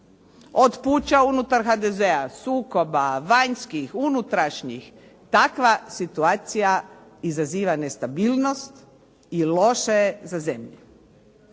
Od puča unutar HDZ-a, sukoba, vanjskih, unutrašnjih, takva situacija izaziva nestabilnost i loša je za zemlju.